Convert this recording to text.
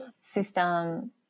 system